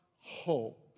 hope